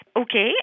Okay